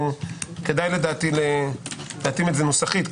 כדאי להתאים את זה נוסחית.